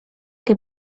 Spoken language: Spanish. que